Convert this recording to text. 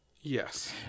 Yes